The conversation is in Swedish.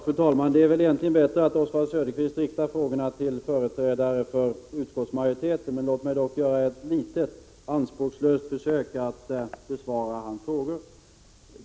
Fru talman! Det vore bättre att Oswald Söderqvist riktade frågorna till företrädare för utskottsmajoriteten. Jag vill dock göra ett anspråkslöst försök att besvara hans frågor.